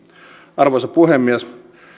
arvoisa puhemies